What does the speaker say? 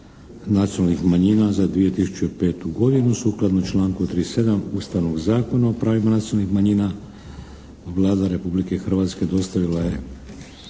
nacionalnih manjina za 2005. godinu Sukladno članku 37. ustavnog Zakona o pravima nacionalnih manjina, Vlada Republike Hrvatske dostavila je